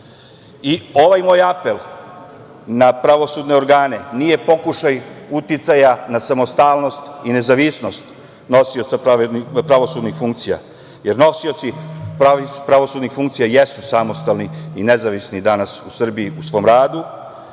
moj apel na pravosudne organe nije pokušaj uticaja na samostalnost i nezavisnost nosioca pravosudnih funkcija, jer nosioci pravosudnih funkcija jesu samostalni i nezavisni danas u Srbiji u svom radu,